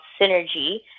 Synergy